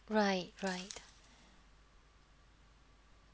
right right